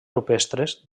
rupestres